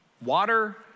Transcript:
water